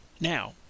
Now